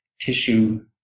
tissue